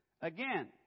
Again